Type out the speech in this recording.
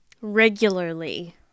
Regularly